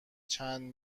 چندین